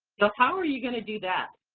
so how are you gonna do that?